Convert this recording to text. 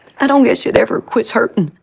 i don't guess it ever quits hurting.